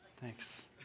Thanks